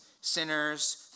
sinners